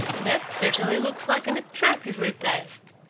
that certainly looks like an attractive repast.